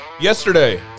yesterday